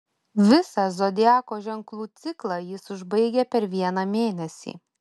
visą zodiako ženklų ciklą jis užbaigia per vieną mėnesį